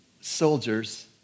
soldiers